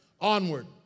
onward